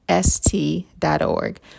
st.org